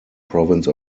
province